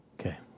Okay